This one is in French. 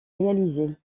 réalisé